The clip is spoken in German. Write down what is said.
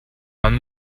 man